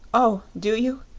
oh, do you?